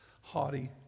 haughty